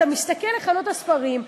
אתה מסתכל על חנויות הספרים,